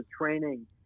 training